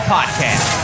Podcast